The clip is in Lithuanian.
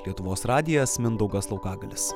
lietuvos radijas mindaugas laukagalis